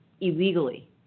illegally